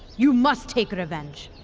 you must take revenge!